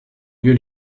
lieu